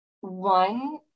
One